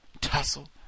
tussle